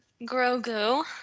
grogu